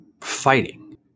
fighting